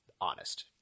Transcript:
honest